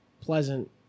pleasant